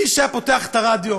מי שהיה פותח את הרדיו,